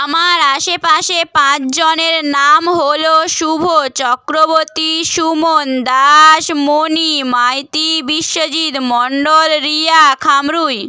আমার আশেপাশে পাঁচজনের নাম হলো শুভ চক্রবর্তী সুমন দাস মণি মাইতি বিশ্বজিৎ মণ্ডল রিয়া খামরুই